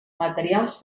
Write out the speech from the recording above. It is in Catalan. materials